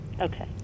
Okay